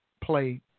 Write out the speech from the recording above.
play